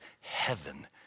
heaven